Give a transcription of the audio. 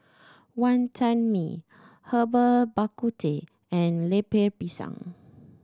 Wantan Mee Herbal Bak Ku Teh and Lemper Pisang